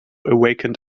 awakened